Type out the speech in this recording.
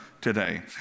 today